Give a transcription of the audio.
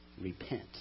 repent